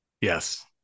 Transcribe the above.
yes